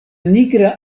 nigra